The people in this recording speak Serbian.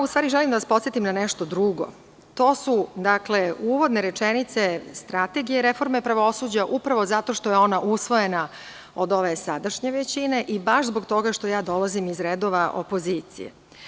U stvari, ja želim da vas podsetim na nešto drugo – uvodne rečenice Strategije reforme pravosuđa, upravo zato što je ona usvojena od ove sadašnje većine i baš zbog toga što ja dolazim iz redova opozicije.